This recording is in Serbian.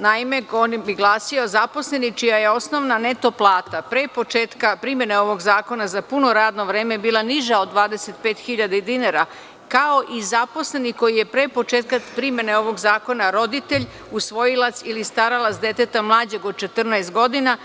Naime, on bi glasio: „zaposleni čija je osnovna neto plata pre početka primene ovog zakona za puno radno vreme bila niža od 25 hiljada dinara kao i zaposleni koji je pre početka primene ovog zakona roditelj, usvojilac ili staralac deteta mlađeg od 14 godina,